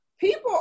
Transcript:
people